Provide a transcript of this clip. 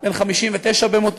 בן 59 במותו,